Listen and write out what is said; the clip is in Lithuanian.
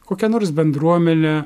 kokią nors bendruomenę